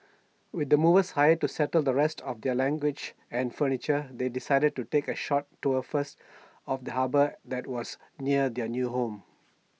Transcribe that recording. with the movers hired to settle the rest of their luggage and furniture they decided to take A short tour first of the harbour that was near their new home